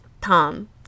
Tom